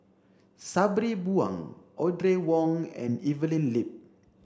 Sabri Buang Audrey Wong and Evelyn Lip